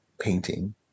painting